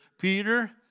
Peter